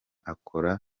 akora